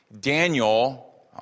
Daniel